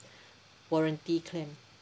warranty claim